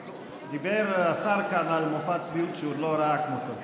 דיבר כאן השר על מופע צביעות שהוא לא ראה כמותו.